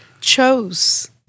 chose